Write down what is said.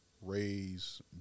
raise